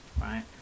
right